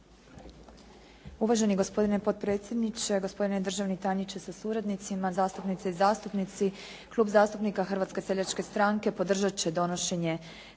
Uvaženi gospodine potpredsjedniče, gospodine državni tajniče sa suradnicima, zastupnice i zastupnici. Klub zastupnika Hrvatske seljačke stranke podržat će donošenje